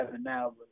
now